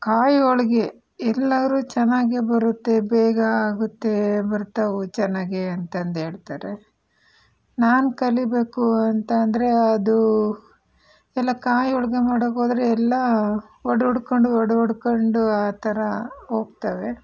ಕಾಯಿ ಹೋಳಿಗೆ ಎಲ್ಲರೂ ಚೆನ್ನಾಗೇ ಬರುತ್ತೆ ಬೇಗ ಆಗುತ್ತೆ ಬರ್ತಾವು ಚೆನ್ನಾಗೇ ಅಂತಂದು ಹೇಳ್ತಾರೆ ನಾನು ಕಲಿಯಬೇಕು ಅಂತ ಅಂದರೆ ಅದು ಎಲ್ಲ ಕಾಯಿ ಹೋಳಿಗೆ ಮಾಡಕ್ಕೆ ಹೋದರೆ ಎಲ್ಲ ಒಡ್ ಒಡ್ಕೊಂಡು ಒಡ್ ಒಡ್ಕೊಂಡು ಆ ಥರ ಹೋಗ್ತವೆ